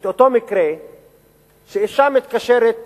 את אותו מקרה שאשה מתקשרת